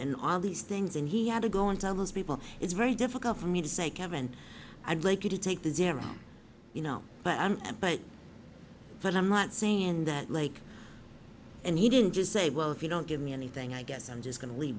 and all these things and he had to go and tell those people it's very difficult for me to say kevin i'd like you to take the exam you know but i'm but but i'm not saying that like and he didn't just say well if you don't give me anything i guess i'm just going to leave